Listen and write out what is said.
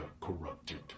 corrupted